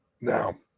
now